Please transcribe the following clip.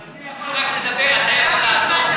אבל אני יכול רק לדבר, אתה יכול לעשות.